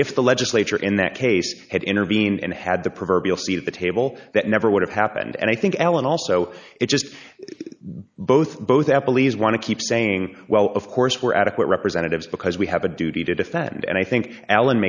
if the legislature in that case had intervened and had the proverbial seat at the table that never would have happened and i think alan also it just is both both apple e s want to keep saying well of course we're adequate representatives because we have a duty to defend and i think alan